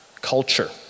culture